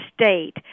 state